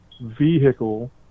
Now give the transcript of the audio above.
vehicle